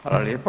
Hvala lijepa.